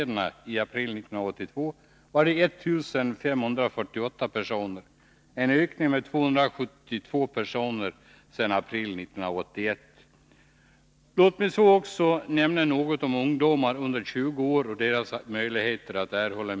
Den 15 maj 1982 var 102 ungdomar under 20 år arbetslösa.